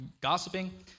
gossiping